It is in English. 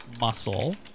Muscle